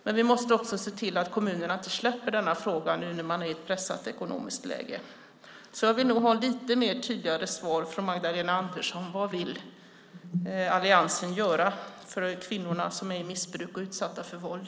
Men vi måste också se till att kommunerna inte släpper denna fråga nu när de är i ett pressat ekonomiskt läge. Jag vill därför ha ett lite tydligare svar från Magdalena Andersson. Vad vill alliansen göra för kvinnor som är i missbruk och utsatta för våld?